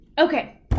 Okay